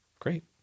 Great